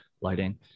lighting